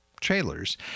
trailers